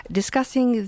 discussing